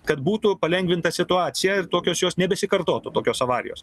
kad būtų palengvinta situacija ir tokios jos nebesikartotų tokios avarijos